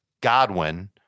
Godwin